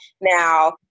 now